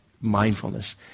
mindfulness